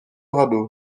radeau